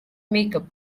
makeup